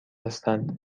هستند